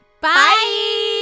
Bye